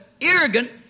arrogant